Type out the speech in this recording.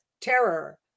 terror